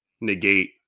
negate